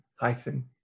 hyphen